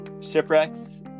shipwrecks